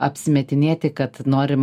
apsimetinėti kad norim